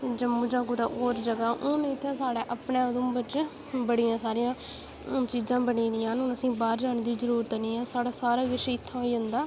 जम्मू जां कुदै होर जगह् हुन उत्थै साढ़ै उधमपुर च बड़ियां सारियां चीजां बनी दियां हुन असेंगी बाह्र जाने दी जरूरत नेईं ऐ साढ़ा सारा किश इत्थै होई जंदा